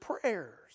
prayers